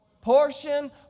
Portion